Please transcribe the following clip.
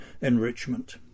enrichment